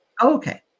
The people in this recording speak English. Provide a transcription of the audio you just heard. Okay